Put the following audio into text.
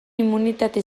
immunitate